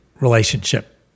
relationship